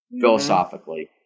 philosophically